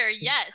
Yes